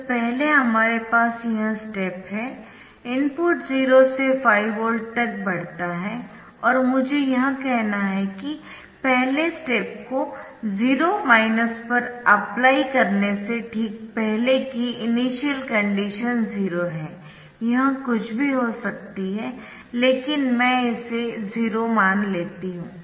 तो पहले हमारे पास यह स्टेप है इनपुट 0 से 5 वोल्ट तक बढ़ता है और मुझे यह कहना है कि पहले स्टेप को 0 पर अप्लाई करने से ठीक पहले की इनिशियल कंडीशन 0 है यह कुछ भी हो सकती है लेकिन मैं इसे 0 मान लेती हूं